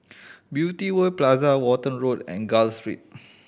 Beauty World Plaza Walton Road and Gul Street